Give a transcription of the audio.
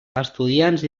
estudiants